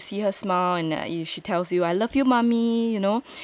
yeah it it is after you see her smile and you she tells you I love you mummy you know